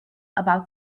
about